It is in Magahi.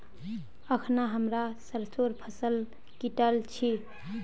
अखना हमरा सरसोंर फसल काटील छि